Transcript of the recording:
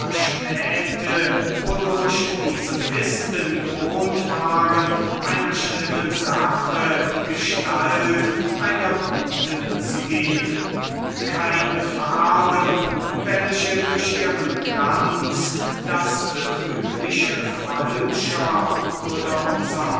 wodurch die sophisten gewohnt waren einer schlimmen sache die gestalt einer guten zu geben keine farben welche durch ihren glanz das betrügliche falscher oder